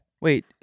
Wait